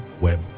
Web